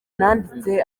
nanditse